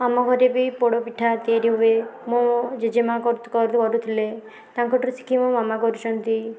ଆମ ଘରେ ବି ପୋଡ଼ପିଠା ତିଆରି ହୁଏ ମୋ ଜେଜେ ମା' କରୁଥିଲେ ତାଙ୍କ ଠାରୁ ଶିଖି ମୋ ମାମା କରୁଛନ୍ତି